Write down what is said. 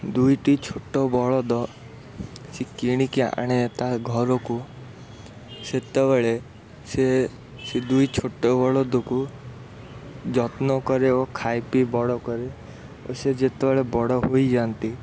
ଦୁଇଟି ଛୋଟ ବଳଦ ସେ କିଣିକି ଆଣେ ତା ଘରକୁ ସେତେବେଳେ ସେ ସେ ଦୁଇ ଛୋଟ ବଳଦକୁ ଯତ୍ନ କରେ ଓ ଖାଇପିଇ ବଡ଼ କରେ ଓ ସେ ଯେତେବେଳେ ବଡ଼ ହୋଇଯାନ୍ତି